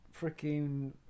freaking